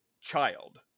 child